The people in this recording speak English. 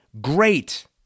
great